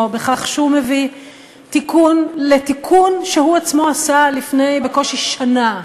בכך שהוא מביא תיקון לתיקון שהוא עצמו עשה לפני בקושי שנה.